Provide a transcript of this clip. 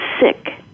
sick